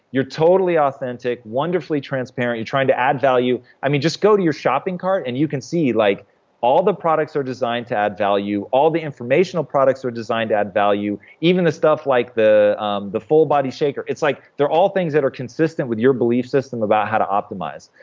you're totally authentic, wonderfully transparent. you're trying to add value. i mean just go to your shopping cart, and you can see, like all the products are designed to add value. all the informational products are designed to add value. even the stuff like the the full body shaker. like they're all things that are consistent with your belief system about how to optimize.